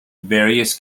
various